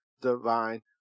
divine